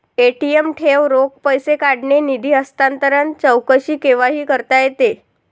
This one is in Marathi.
ए.टी.एम ठेव, रोख पैसे काढणे, निधी हस्तांतरण, चौकशी केव्हाही करता येते